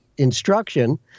instruction